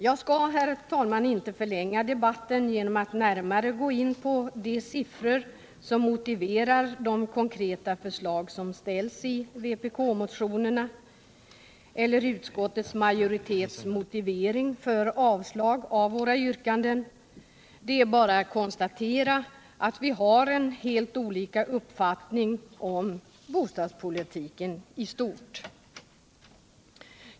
Jag skall, herr talman, inte förlänga debatten genom att närmare gå in på de siffror som motiverar de konkreta förslag som ställs i vpk-motionerna eller på utskottsmaioritetens motiveringar för avslag på våra yrkanden. Det är bara att konstatera att vi har helt olika uppfattning i bostadspolitiken i stort.